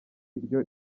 ryo